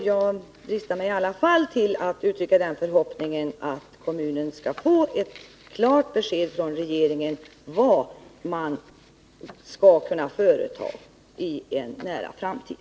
Jag dristar mig i alla fall att uttrycka den örhoppningen, att kommunen skall få ett klart besked från regeringen om vad man skall kunna företa i en nära framtid.